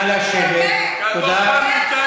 דבר.